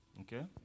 Okay